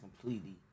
completely